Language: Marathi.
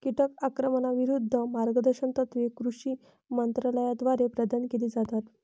कीटक आक्रमणाविरूद्ध मार्गदर्शक तत्त्वे कृषी मंत्रालयाद्वारे प्रदान केली जातात